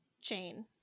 chain